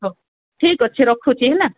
ହଉ ଠିକ୍ ଅଛି ରଖୁଛିି ହେଲା